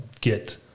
get